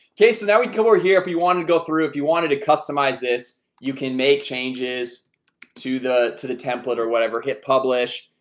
okay so now we come over here if you wanted to go through if you wanted to customize this you can make changes to the to the template or whatever hit publish.